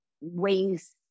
ways